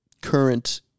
current